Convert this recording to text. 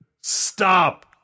stop